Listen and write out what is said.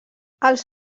als